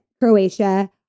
Croatia